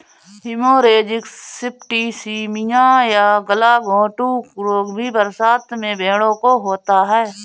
haemorrhagic septicaemia या गलघोंटू रोग भी बरसात में भेंड़ों को होता है